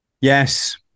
Yes